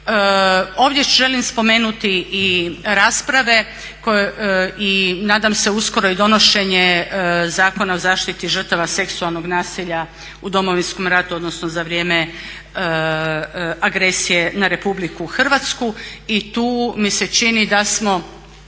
Ovdje želim spomenuti i rasprave i nadam se uskoro i donošenje Zakona o zaštiti žrtava seksualnog nasilja u Domovinskom ratu, odnosno za vrijeme agresije na Republiku Hrvatsku. I tu mi se čini da smo